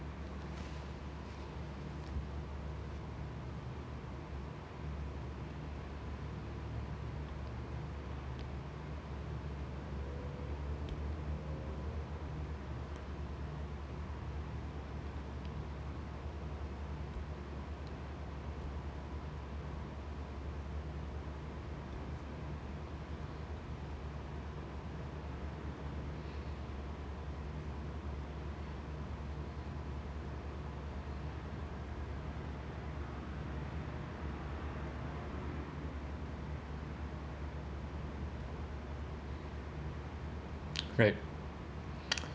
right